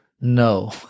No